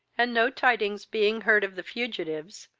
and no tidings being heard of the fugitives,